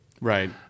right